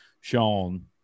Sean